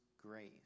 grace